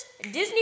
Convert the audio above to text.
Disney